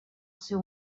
seu